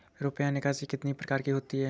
रुपया निकासी कितनी प्रकार की होती है?